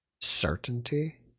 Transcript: certainty